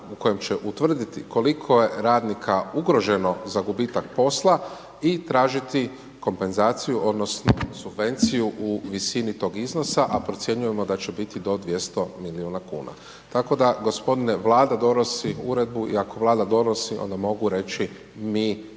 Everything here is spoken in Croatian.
u kojem će utvrditi, koliko je radnika ugroženo za gubitak posla i tražiti kompenzaciju, odnosno, subvenciju u visini tog iznosa, a procjenjujemo da će biti do 2000 milijuna kn. Tako da g. vlada donosi uredbu i ako vlada donosi, onda mogu reći, mi